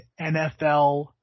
NFL